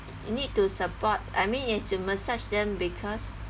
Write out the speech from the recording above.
you need to support I mean you have to massage them because